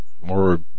More